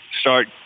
start